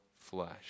flesh